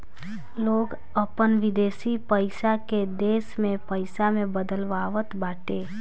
लोग अपन विदेशी पईसा के देश में पईसा में बदलवावत बाटे